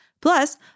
Plus